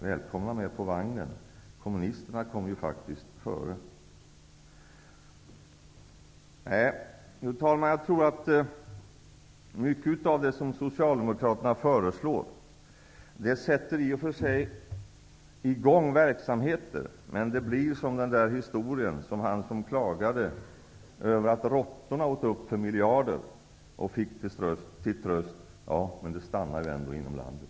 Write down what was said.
Välkomna med på vagnen, kommunisterna kom faktiskt före. Fru talman! Jag tror att mycket av det som Socialdemokraterna föreslår i och för sig sätter i gång verksamheter, men det blir så som i historien om den som klagade över att råttorna åt upp för miljarder och som till tröst fick: Ja, men de stannar ändå inom landet.